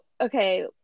okay